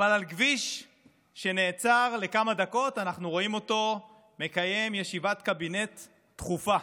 אבל על כביש שנעצר לכמה דקות אנחנו רואים אותו מקיים ישיבת קבינט דחופה.